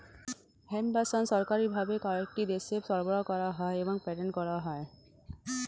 hemp বা শণ সরকারি ভাবে কয়েকটি দেশে সরবরাহ করা হয় এবং পেটেন্ট করা হয়